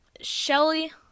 Shelly